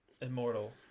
immortal